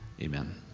Amen